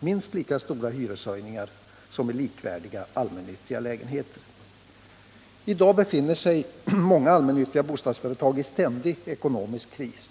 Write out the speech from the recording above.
minst lika stora hyreshöjningar som i likvärdiga allmännyttiga lägenheter. I dag befinner sig många allmännyttiga bostadsföretag i ständig ekonomisk kris.